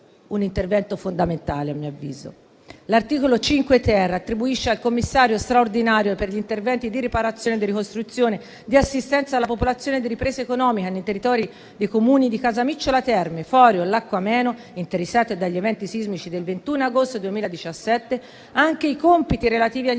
un intervento - a mio avviso - fondamentale. L'articolo 5-*ter* attribuisce al Commissario straordinario per gli interventi di riparazione, di ricostruzione, di assistenza alla popolazione e di ripresa economica nei territori dei Comuni di Casamicciola Terme, Forio e Lacco Ameno, interessati dagli eventi sismici del 21 agosto 2017, anche i compiti relativi agli